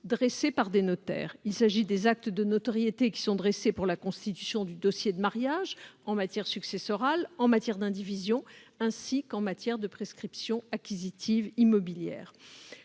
dressés par des notaires : les actes de notoriété dressés pour la constitution du dossier de mariage, en matière successorale, en matière d'indivision, ainsi qu'en matière de prescription acquisitive immobilière.